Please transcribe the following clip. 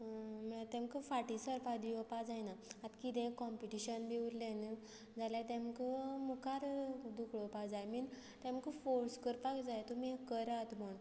म्हणल्यार तांकां फाटीं सरपा दिवपा जायना आतां कितें कॉम्पिटीशन बी उरलें न्हू जाल्यार तांकां मुखार धुकळपाक जाय मीन तांकां फोर्स करपाक जाय तुमी हें करात म्हूण